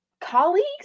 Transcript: colleagues